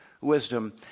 wisdom